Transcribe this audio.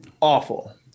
Awful